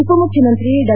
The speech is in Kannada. ಉಪಮುಖ್ಯಮಂತ್ರಿ ಡಾ